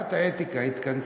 ועדת האתיקה התכנסה,